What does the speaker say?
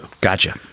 Gotcha